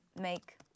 make